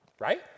right